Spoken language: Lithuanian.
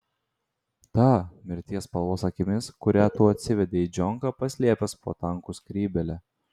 ta mirties spalvos akimis kurią tu atsivedei į džonką paslėpęs po tankų skrybėle